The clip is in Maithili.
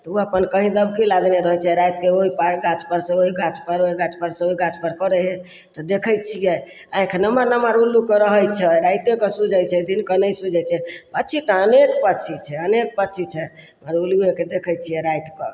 तऽ उ अप्पन कहीं दबकी लादने रहय छै रातिके ओइ गाछपर सँ ओइ गाछपर ओइ गाछपर से ओइ गाछपर करय हइ तऽ देखय छियै आँखि नम्हर नम्हर उल्लूके रहय छै तऽ राइतेके सूझय छै दिनकऽ नहि सूझय छै पक्षी तऽ अनेक पक्षी छै अनेक पक्षी छै खाली उल्लूएके देखय छियै रातिकऽ